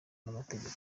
n’amategeko